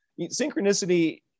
synchronicity